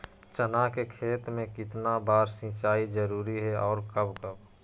चना के खेत में कितना बार सिंचाई जरुरी है और कब कब?